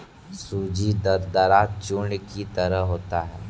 सूजी दरदरा चूर्ण की तरह होता है